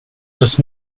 dass